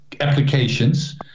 applications